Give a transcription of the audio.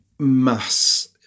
Mass